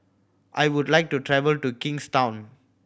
I would like to travel to Kingstown